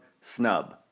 Snub